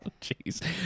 Jeez